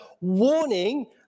warning